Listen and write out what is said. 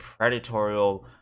predatorial